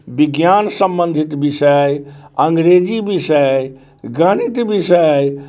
विज्ञान सम्बन्धित विषय अइ अंग्रेजी विषय अइ गणित विषय अइ